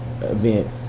event